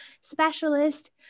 Specialist